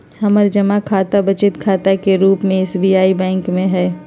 हमर जमा खता बचत खता के रूप में एस.बी.आई बैंक में हइ